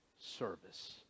service